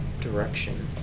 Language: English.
direction